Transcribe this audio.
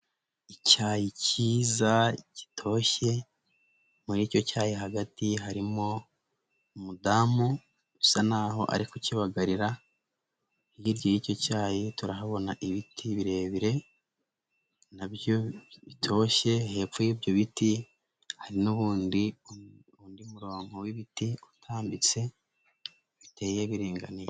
Icyayi kiza gitoshye muri icyo cyari hagati harimo umudamu bisa naho ari kukibagarira, hirya y'icyo cyayi turahabona ibiti birebire nabyo bitoshye, hepfo y'ibyo biti hari n'ubundi undi murongo w'ibiti utambitse biteye biringaniye.